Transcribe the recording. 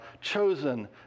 chosen